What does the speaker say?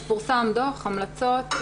אז פורסם דו"ח המלצות,